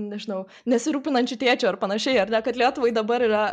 nežinau nesirūpinančiu tėčiu ar panašiai ar ne kad lietuvai dabar yra